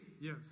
Yes